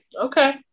okay